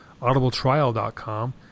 audibletrial.com